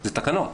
זה תקנות.